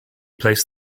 placed